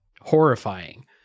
horrifying